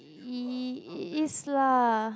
i~ is lah